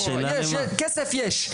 יש, כסף יש.